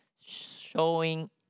Showing